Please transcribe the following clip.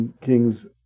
King's